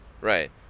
Right